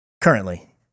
Currently